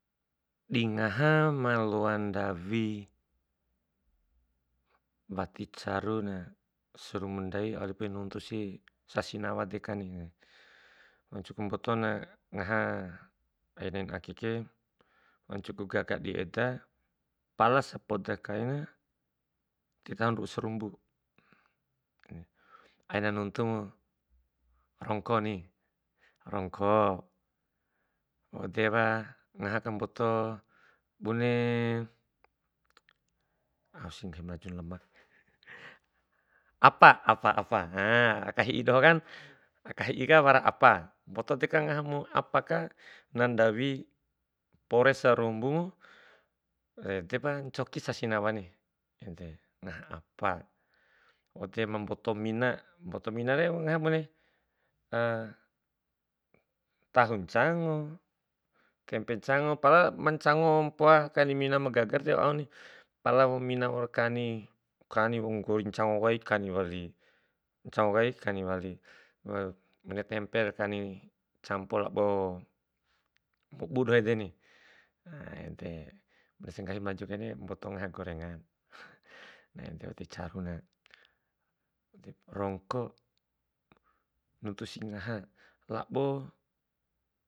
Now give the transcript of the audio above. Dingaha maloa ndawi, wati caruna sarumbu ndai, au walip nuntusi sasi nawa dekan, wancuku mbotona ngaha ai nain akeke wancu ku gaga di eda pala sapoda kain titahon ru'u sarumbu. Aina nuntumu rongko ni, rongko wa'u edepa ngaha ka boto bune, ao si nggahi melaju na lemak apa, apa apa ha, aka hi'i doho kan, aka hi'i ka wara apa, mboto dekamu ngaha apa ka nan dawi mpore sarumbumu, ede pa ncoki sasi nawani ngaha apa waude ma mboto mina, mboto minare ngaha bune tahu ncango, tempe ncango, pala ma ncango mpoa kani mina ma gaga re ti au aun, pala wau mina waur kani, kani waur nggori canggo kai, kani wali, ncango kai, kani wali bune tempe re kani muni campo labo obu rau edeni bunesi nggahi melajuna kainare aina ngaha gorengan.